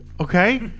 Okay